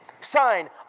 sign